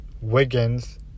Wiggins